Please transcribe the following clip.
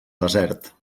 desert